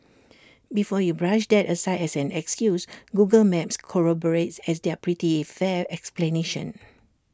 before you brush that aside as an excuse Google maps corroborates as their pretty fair explanation